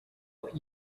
what